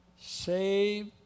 save